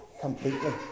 completely